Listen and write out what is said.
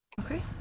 okay